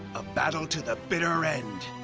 a battle to the bitter end.